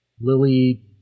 Lily